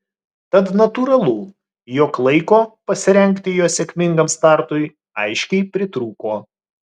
tad natūralu jog laiko pasirengti jo sėkmingam startui aiškiai pritrūko